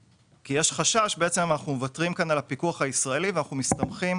אחרת אנחנו מוותרים על הפיקוח הישראלי ומסתמכים